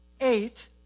eight